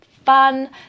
fun